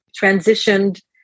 transitioned